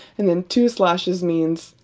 and then two slashes means.